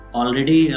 already